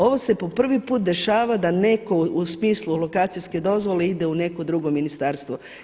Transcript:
Ovo se po prvi put dešava da neko u smislu lokacijske dozvole ide u neko drugo ministarstvo.